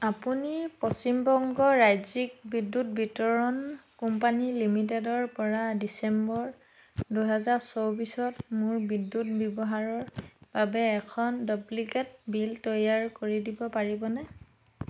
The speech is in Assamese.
আপুনি পশ্চিমবংগ ৰাজ্যিক বিদ্যুৎ বিতৰণ কোম্পানী লিমিটেডৰ পৰা ডিচেম্বৰ দুহেজাৰ চৌব্বিছত মোৰ বিদ্যুৎ ব্যৱহাৰৰ বাবে এখন ডুপ্লিকেট বিল তৈয়াৰ কৰি দিব পাৰিবনে